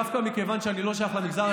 דווקא מכיוון שאני לא שייך למגזר,